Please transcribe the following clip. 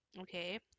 Okay